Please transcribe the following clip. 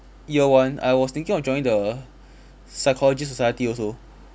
year one I was thinking of joining the psychology society also